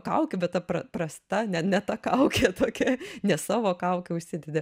kaukių bet ta paprasta net ne ta kaukė tokia ne savo kaukę užsidedi